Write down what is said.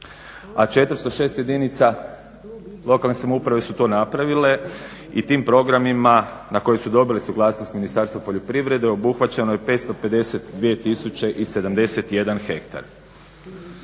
a 406 jedinica lokalne samouprave su to napravile i tim programima na koje su dobile suglasnost Ministarstva poljoprivrede obuhvaćeno je 552 tisuće i 71 hektar.